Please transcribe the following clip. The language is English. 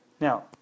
Now